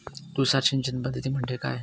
तुषार सिंचन पद्धती म्हणजे काय?